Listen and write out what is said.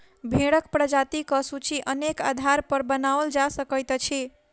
भेंड़क प्रजातिक सूची अनेक आधारपर बनाओल जा सकैत अछि